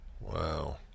Wow